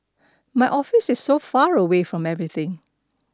my office is so far away from everything